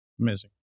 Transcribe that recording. Amazing